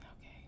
Okay